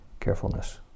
carefulness